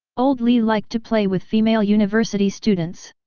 old li liked to play with female university students.